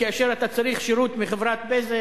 כאשר אתה צריך שירות מחברת "בזק",